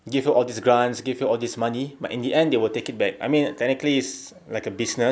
give you all these grants give you all this money but in the end they will take it back I mean technically is like a business